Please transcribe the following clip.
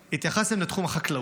התייחסתם לתחום החקלאות.